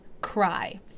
cry